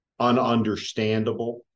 ununderstandable